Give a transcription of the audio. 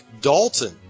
Dalton